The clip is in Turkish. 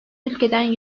ülkeden